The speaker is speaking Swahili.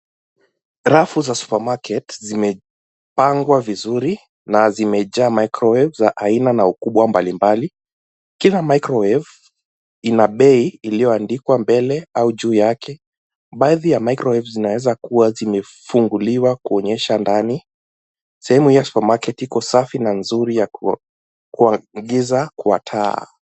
Rafu za supermarket zimepangwa vizuri na zimejaa microwaves za aina na ukubwa mbalimbali. Kila microwave ina bei iliyoandikwa mbele au juu yake, baadhi ya microwaves zinaweza kuwa zimefunguliwa kuonyesha ndani. Sehemu hii ya supermarket iko safi na nzuri ya kuagiza kwa taa.